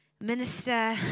minister